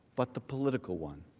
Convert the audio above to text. but the political one.